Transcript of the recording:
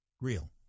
real